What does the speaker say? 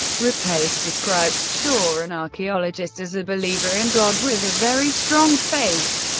rapace described shaw, an archaeologist, as a believer in god with a very strong faith,